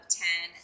ten